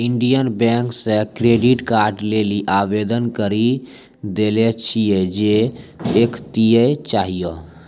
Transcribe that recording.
Indian bank से credit card लेली आवेदन करी देले छिए जे एखनीये चाहियो